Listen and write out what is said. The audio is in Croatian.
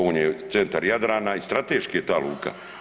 On je centar Jadrana i strateški je ta luka.